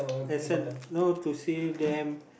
there's an no to see them